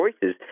choices